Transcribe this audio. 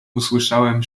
usłyszałem